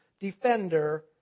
defender